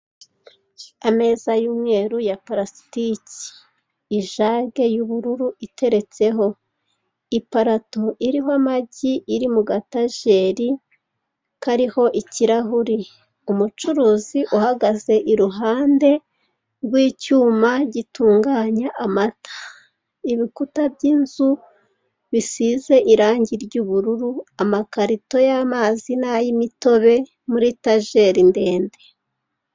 Ameza y'umweru ya palasitiki, ijage y'ubururu iteretseho, iparato iriho amagi iri muga tajeri kariho ikirahuri, umucuruzi uhagaze iruhande rw'icyuma gitunganya amata, ibikuta by'inzu bisize irange ry'ubururu, amakarito y'amazi nay'imtobe muri tajeri ndende.